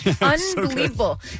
Unbelievable